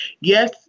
Yes